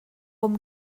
com